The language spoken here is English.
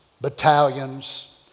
battalions